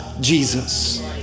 Jesus